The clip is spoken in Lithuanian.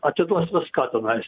atiduos viską tenais